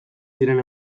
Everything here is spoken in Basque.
ziren